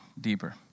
deeper